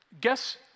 Guess